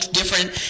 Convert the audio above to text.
different